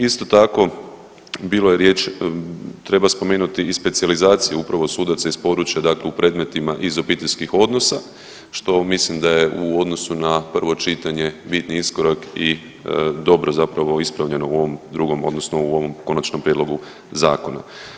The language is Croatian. Isto tako, bilo je riječi treba spomenuti i specijalizacije upravo sudaca iz područja dakle u predmetima iz obiteljskih odnosa što mislim da je u odnosu na prvo čitanje bitni iskorak i dobro zapravo ispravljeno u ovom drugom odnosno u ovom konačnom prijedlogu zakona.